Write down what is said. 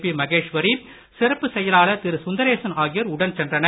B Maheswari சிறப்பு செயலாளர் திரு சுந்தரேசன் ஆகியோர் உடன் சென்றனர்